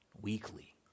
weekly